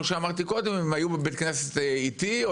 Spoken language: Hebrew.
שאמרתי קודם שהם היו בבית כנסת איתי,